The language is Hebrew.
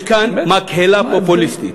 יש כאן מקהלה פופוליסטית.